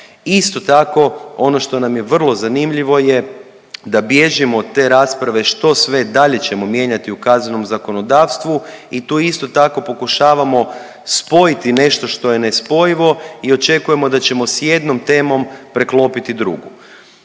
Isto tako, ono što nam je vrlo zanimljivo je da bježimo od te rasprave što sve dalje ćemo mijenjati u kaznenom zakonodavstvu i tu isto tako pokušavamo spojiti nešto što je nespojivo i očekujemo da ćemo s jednom temom preklopiti drugu.